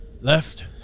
Left